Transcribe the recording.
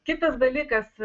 kitas dalykas